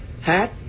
hat